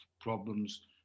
problems